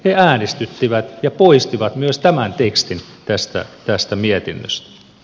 he äänestyttivät ja poistivat myös tämä tekstin tästä mietinnöstä